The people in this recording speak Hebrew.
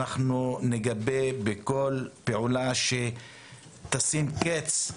אנחנו נגבה בכל פעולה שתשים קץ,